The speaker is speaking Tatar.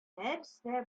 нәрсә